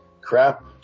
crap